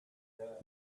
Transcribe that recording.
there